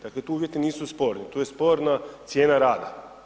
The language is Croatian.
Dakle tu uvjeti nisu sporni, tu je sporna cijena rada.